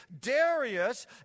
Darius